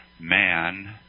man